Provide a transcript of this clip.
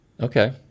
okay